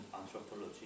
anthropology